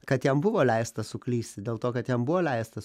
kad jam buvo leista suklysti dėl to kad jam buvo leista